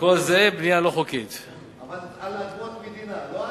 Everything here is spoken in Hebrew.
על אדמות מדינה.